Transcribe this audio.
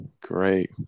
Great